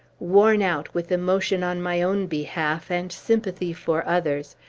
worn out with emotion on my own behalf and sympathy for others,